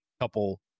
couple